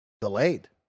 Delayed